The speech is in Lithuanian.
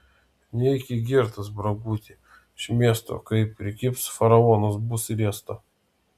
neiki girtas branguti iš miesto kai prikibs faraonas bus riesta